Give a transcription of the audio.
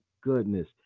goodness